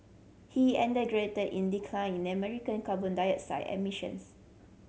he in decline in American carbon dioxide emissions